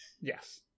Yes